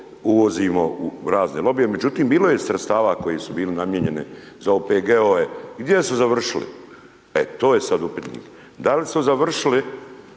uvozimo u razne lobije, međutim bilo je sredstava koji su bili namijenjeni za OPG-ove, gdje su završili? E to je sad upitno, da li su završili